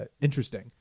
interesting